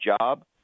job